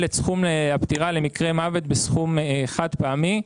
את סכום הפטירה למקרה מוות בסכום חד פעמי.